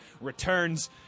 returns